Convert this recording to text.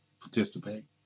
participate